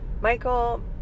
Michael